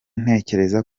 ntekereza